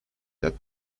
that